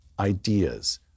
Ideas